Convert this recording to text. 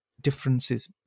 differences